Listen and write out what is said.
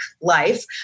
life